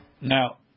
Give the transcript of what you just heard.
Now